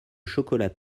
chocolat